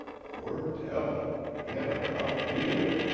poor devil! he had a rough deal.